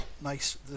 nice